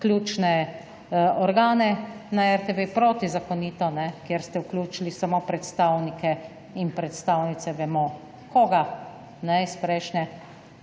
ključne organe na RTV, protizakonito, kjer ste vključili samo predstavnike in predstavnice, vemo koga iz prejšnje